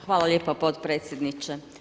Hvala lijepo potpredsjedniče.